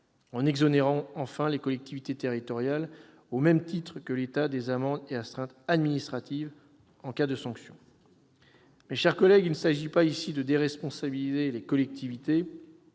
en exonérant les collectivités territoriales, au même titre que l'État, des amendes et astreintes administratives en cas de sanction. Mes chers collègues, il s'agit ici non pas de déresponsabiliser les collectivités,